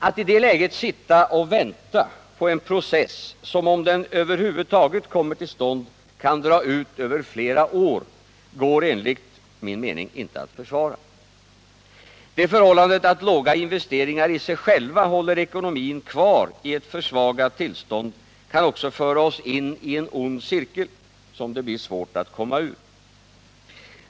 Att i det läget sitta och vänta på en process som, om den över huvud taget kommer till stånd, kan dra ut över flera år, går enligt min mening inte att försvara. Det förhållandet att låga investeringar i sig själva håller ekonomin kvari ett försvagat tillstånd kan också föra oss in i en ond cirkel, som det blir svårt att komma ur.